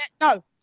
No